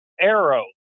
arrow